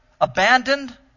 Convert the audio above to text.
abandoned